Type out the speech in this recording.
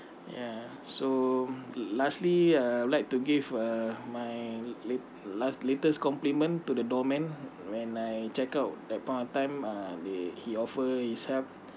ya so lastly uh I'd like to give uh my late~ la~ latest compliment to the doorman when I check out that point of time uh he offer his help